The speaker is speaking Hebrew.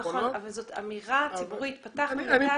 אבל זאת אמירה ציבורית האומרת שפתחנו נת"צ תנסו.